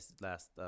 last